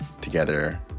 together